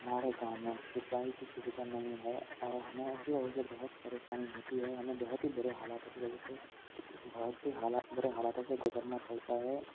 हमारे गाँव में सिंचाई कि सुविधा नहीं है और हमें इसी वजह से बहुत परेशानी होती है हमें बहुत ही बुरे हालातों कि वजह से बहुत ही हाला बुरे हालातों से गुजरना पड़ता है